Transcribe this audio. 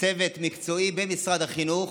שצוות מקצועי במשרד החינוך